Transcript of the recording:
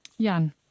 Jan